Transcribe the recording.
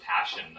passion